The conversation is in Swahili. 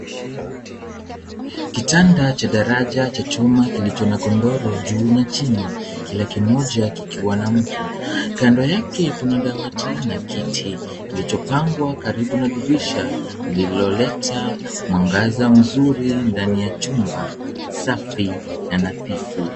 Kitanda cha daraja cha chuma kilicho na godoro juu na chini. Kila kimoja kikiwa na mto .Kando yake kuna dawati na kiti kilichopangwa karibu na dirisha lililoleta mwangaza mzuri ndani ya nyumba safi na nadhifu.